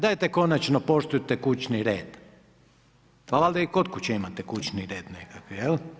Dajte konačno poštujte kućni red, pa valjda i kod kuće imate kućni red nekakav.